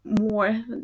more